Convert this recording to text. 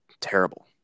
terrible